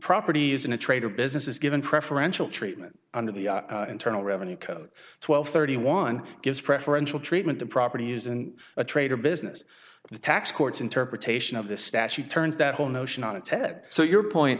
properties in a trade or business is given preferential treatment under the internal revenue code twelve thirty one gives preferential treatment to property used in a trade or business the tax court's interpretation of this statute turns that whole notion on its head so your point